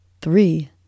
three